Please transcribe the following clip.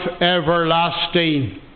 everlasting